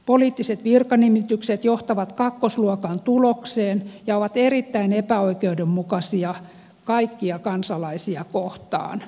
poliittiset virkanimitykset johtavat kakkosluokan tulokseen ja ovat erittäin epäoikeudenmukaisia kaikkia kansalaisia kohtaan